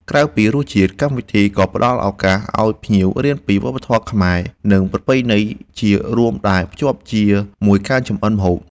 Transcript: ក្រៅពីរសជាតិ កម្មវិធីក៏ផ្តល់ឱកាសឲ្យភ្ញៀវរៀនពីវប្បធម៌ខ្មែរ និងប្រពៃណីជារួមដែលភ្ជាប់ជាមួយការចម្អិនម្ហូប។